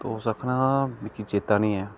ते उस आक्खना मिगी चेता नेईं ऐ